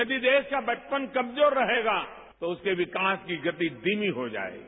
यदि देश का बचपन कमजोर रहेगा तो उसके विकास की गति धीमी हो जाएगी